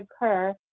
occur